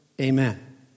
Amen